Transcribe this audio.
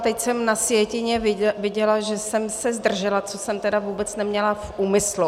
Teď jsem na sjetině viděla, že jsem se zdržela, což jsem tedy vůbec neměla v úmyslu.